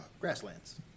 Grasslands